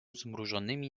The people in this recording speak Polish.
zmrużonymi